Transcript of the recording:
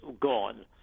gone